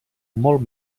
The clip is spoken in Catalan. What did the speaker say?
molt